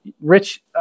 Rich